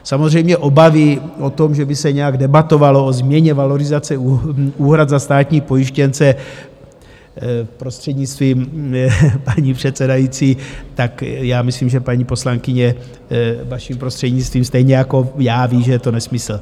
Samozřejmě obavy o to, že by se nějak debatovalo o změně valorizace úhrad za státní pojištěnce, prostřednictvím paní předsedající, tak já myslím, že paní poslankyně, vaším prostřednictvím, stejně jako já ví, že je to nesmysl.